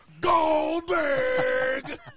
Goldberg